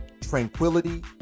tranquility